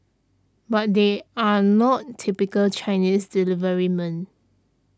but they are not typical Chinese deliverymen